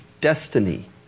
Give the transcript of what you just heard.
destiny